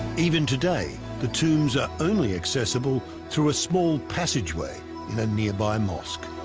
even today the tombs are only accessible through a small passageway in a nearby mosque